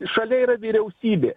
šalia yra vyriausybė